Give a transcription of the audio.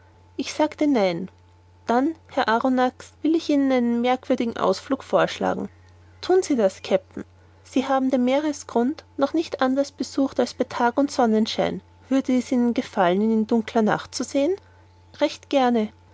ich sagte nein dann herr arronax will ich ihnen einen merkwürdigen ausflug vorschlagen thun sie das kapitän sie haben den meeresgrund noch nicht anders besucht als bei tag und sonnenschein würde es ihnen gefallen ihn in dunkler nacht zu sehen recht gerne